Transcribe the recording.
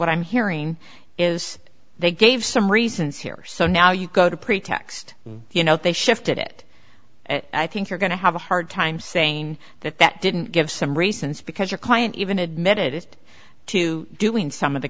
what i'm hearing is they gave some reasons here so now you've got a pretext you know they shifted it and i think you're going to have a hard time saying that that didn't give some races because your client even admitted to doing some of the